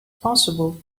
possible